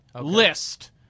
list